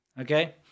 Okay